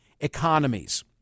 economies